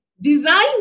Design